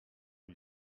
lui